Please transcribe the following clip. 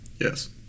yes